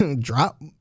drop